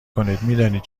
کنین، میدانید